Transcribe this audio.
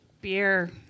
Beer